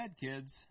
kids